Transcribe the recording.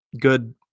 good